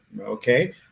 Okay